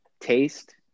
taste